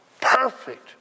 perfect